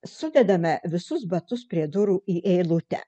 sudedame visus batus prie durų į eilutę